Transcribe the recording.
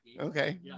Okay